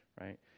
right